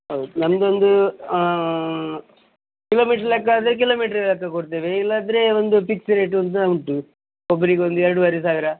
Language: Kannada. ಹೌದು ನಮ್ದೊಂದು ಕಿಲೋಮೀಟ್ರ್ ಲೆಕ್ಕ ಆದರೆ ಕಿಲೋಮೀಟ್ರ್ ಲೆಕ್ಕ ಕೊಡ್ತೇವೆ ಇಲ್ಲಾದ್ರೆ ಒಂದು ಫಿಕ್ಸ್ ರೇಟು ಸಹ ಉಂಟು ಒಬ್ರಿಗೆ ಒಂದು ಎರಡುವರೆ ಸಾವಿರ